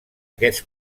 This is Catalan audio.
aquests